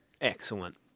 Excellent